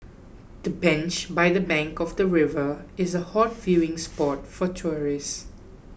the bench by the bank of the river is a hot viewing spot for tourists